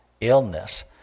illness